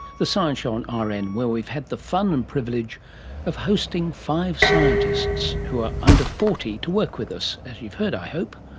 the science show on rn and where we've had the fun and privilege of hosting five scientists who are under forty to work with us, as you've heard i hope.